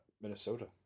Minnesota